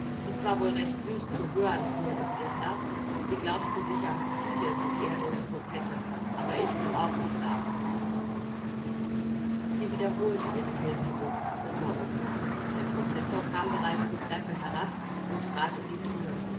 es war wohl recht süß zu hören hier ist ihr platz sie glaubten sich am ziele sie ehrlose kokette aber ich bin auch noch da sie wiederholte ihren hilferuf es war unnötig der professor kam bereits die treppe herab und trat in die thür